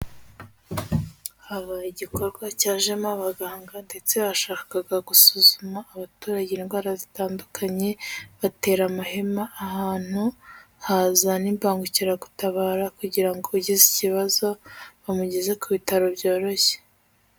Habaye igikorwa cyajemo abaganga ndetse bashakaga gusuzuma abaturage indwara zitandukanye, batera amahema ahantu, haza n'imbangukiragutabara kugira ngo ugize ikibazo, bamugeze ku bitaro byoroshye.